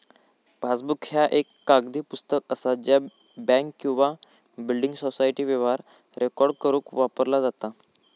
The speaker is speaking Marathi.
पासबुक ह्या एक कागदी पुस्तक असा ज्या बँक किंवा बिल्डिंग सोसायटी व्यवहार रेकॉर्ड करुक वापरला जाता